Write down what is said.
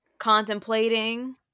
contemplating